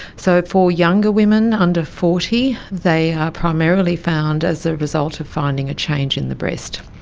so for younger women under forty they are primarily found as a result of finding a change in the breast.